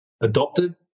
adopted